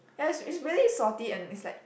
ya it's it's really salty and it's like